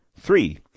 Three